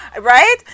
Right